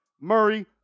Murray